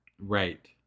Right